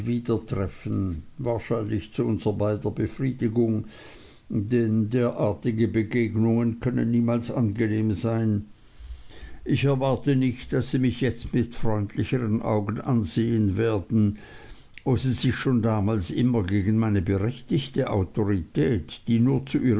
treffen wahrscheinlich zu unser beider befriedigung denn derartige begegnungen können niemals angenehm sein ich erwarte nicht daß sie mich jetzt mit freundlicheren augen ansehen werden wo sie sich schon damals immer gegen meine berechtigte autorität die nur zu